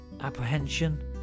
Apprehension